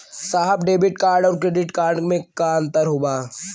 साहब debit card और credit card में का अंतर बा?